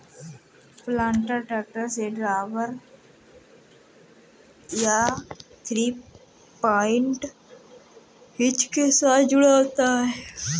planter tractor से drawbar या three point hitch के साथ जुड़ा होता है